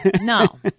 no